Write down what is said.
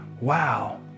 Wow